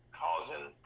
causing